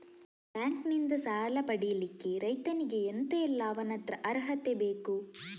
Bank ನಿಂದ ಸಾಲ ಪಡಿಲಿಕ್ಕೆ ರೈತನಿಗೆ ಎಂತ ಎಲ್ಲಾ ಅವನತ್ರ ಅರ್ಹತೆ ಬೇಕು?